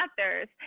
authors